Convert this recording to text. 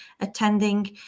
attending